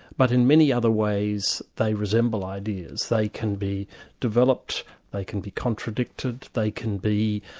but in many other ways they resemble ideas. they can be developed, they can be contradicted, they can be,